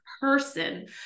person